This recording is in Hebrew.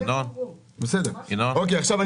בכל אופן,